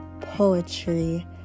Poetry